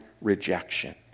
rejection